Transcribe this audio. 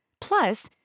Plus